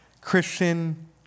Christian